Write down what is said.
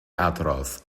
hadrodd